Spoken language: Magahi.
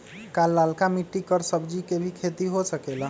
का लालका मिट्टी कर सब्जी के भी खेती हो सकेला?